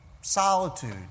solitude